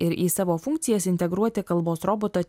ir į savo funkcijas integruoti kalbos robotą